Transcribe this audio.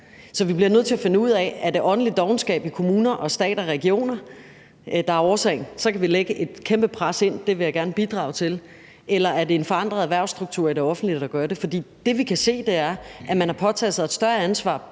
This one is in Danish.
Så vi bliver nødt til at finde ud af, om det er åndelig dovenskab i kommuner, stat og regioner, der er årsagen. Så kan vi lægge et kæmpe pres, og det vil jeg gerne bidrage til. Eller er det en forandret erhvervsstruktur i det offentlige, der gør det? Det, vi kan se, er, at man har påtaget sig et større ansvar